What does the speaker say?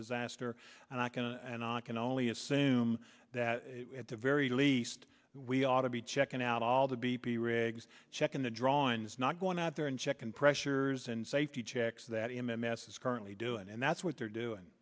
disaster and i can and i can only assume that at the very least we ought to be checking out all the b p rigs checking the drawings not going out there and check and pressures and safety checks that m m s is currently doing and that's what they're doing